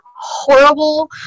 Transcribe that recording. horrible